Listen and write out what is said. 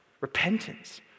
Repentance